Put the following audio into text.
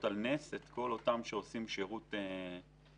על נס את כל אותם שעושים שירות משמעותי.